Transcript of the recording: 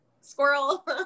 squirrel